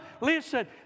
Listen